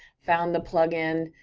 found the plugin,